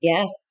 Yes